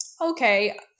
okay